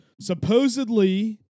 Supposedly